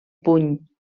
puny